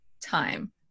time